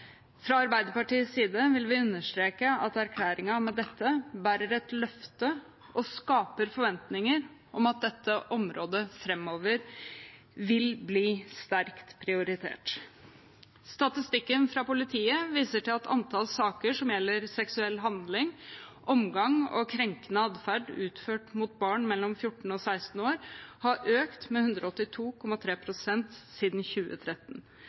Fra Arbeiderpartiets side vil vi understreke at erklæringen med dette bærer et løfte og skaper forventninger om at dette området framover vil bli sterkt prioritert. Statistikken fra politiet viser til at antall saker som gjelder seksuell handling, omgang og krenkende atferd utført mot barn mellom 14 og 16 år, har økt med 182,3 pst. siden 2013.